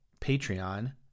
Patreon